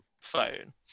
phone